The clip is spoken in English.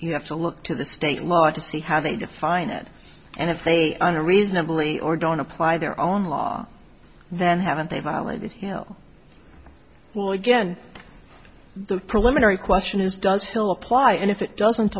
you have to look to the state law to see how they define it and if they are reasonably or don't apply their own law then haven't they violated him well again the preliminary question is does hill apply and if it doesn't